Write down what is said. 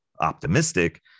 optimistic